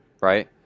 right